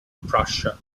prussia